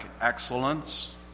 excellence